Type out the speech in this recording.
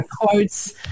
quotes